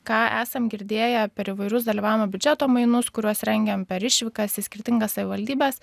ką esam girdėję per įvairius dalyvaujamojo biudžeto mainus kuriuos rengiam per išvykas į skirtingas savivaldybes